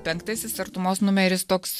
penktasis artumos numeris toks